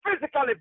physically